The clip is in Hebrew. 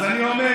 אז אני אומר,